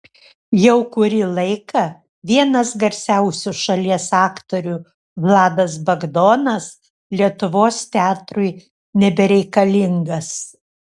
jau kurį laiką vienas garsiausių šalies aktorių vladas bagdonas lietuvos teatrui nebereikalingas